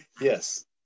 yes